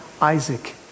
Isaac